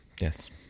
Yes